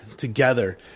Together